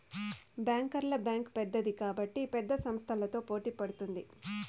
బ్యాంకర్ల బ్యాంక్ పెద్దది కాబట్టి పెద్ద సంస్థలతో పోటీ పడుతుంది